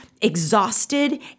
exhausted